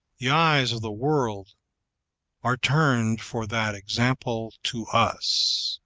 the eyes of the world are turned for that example to us.